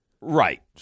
Right